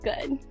good